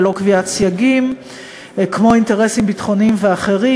ללא קביעת סייגים כמו אינטרסים ביטחוניים ואחרים,